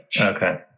Okay